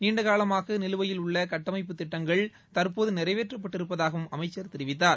நீண்காலமாக நிலுவையில் உள்ள கட்டமைப்புத் திட்டங்கள் தற்போது நிறைவேற்றப்பட்டிருப்பதாகவும் அமைச்சர் கூறினார்